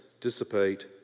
dissipate